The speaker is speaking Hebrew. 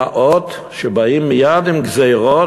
מה עוד שבאים מייד עם גזירות,